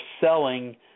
selling